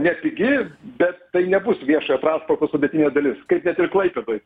nepigi bet tai nebus viešojo transporto sudėtinė dalis kaip net ir klaipėdoj